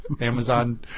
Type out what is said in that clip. Amazon